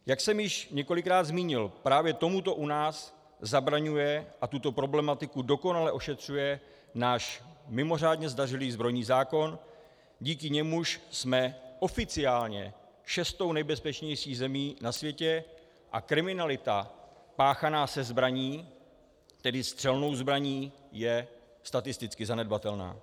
Jak jsem již několikrát zmínil, právě tomuto u nás zabraňuje a tuto problematiku dokonale ošetřuje náš mimořádně zdařilý zbrojní zákon, díky němuž jsme oficiálně šestou nejbezpečnější zemí na světě a kriminalita páchaná se zbraní, tedy střelnou zbraní, je statisticky zanedbatelná.